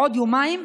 בעוד יומיים,